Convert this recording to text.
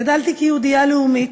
גדלתי כיהודייה לאומית,